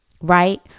right